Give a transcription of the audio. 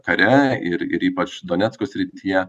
kare ir ir ypač donecko srityje